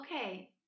okay